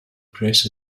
press